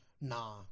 nah